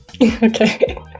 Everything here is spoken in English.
Okay